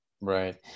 Right